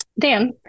Dan